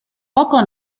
poco